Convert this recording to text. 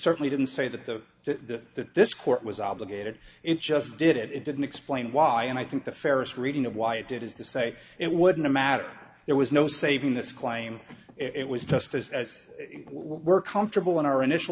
certainly didn't say that the that this court was obligated it just did it it didn't explain why and i think the fairest reading of why it did is to say it wouldn't matter there was no saving this claim it was just as you were comfortable in our initial